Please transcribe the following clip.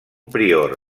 prior